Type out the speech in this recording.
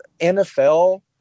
NFL